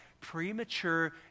premature